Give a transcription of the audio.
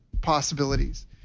possibilities